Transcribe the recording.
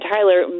Tyler